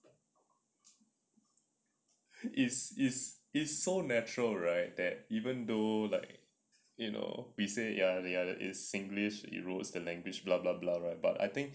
it's it's it's so natural right that even though like you know we say ya ya singlish erodes the language blah blah blah right but I think